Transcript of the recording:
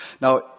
Now